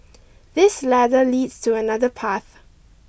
this ladder leads to another path